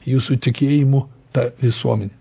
jūsų tikėjimu ta visuomene